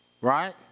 Right